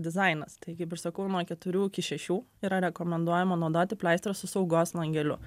dizainas tai kaip ir sakau nuo keturių iki šešių yra rekomenduojama naudoti pleistrą su saugos langeliu